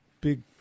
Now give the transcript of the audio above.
big